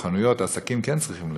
חנויות או עסקים כן צריכים להשיב,